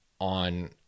on